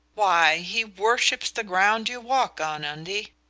why, he worships the ground you walk on, undie.